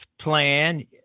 plan